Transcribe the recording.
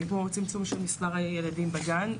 כמו צמצום של מספר הילדים בגן,